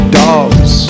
dogs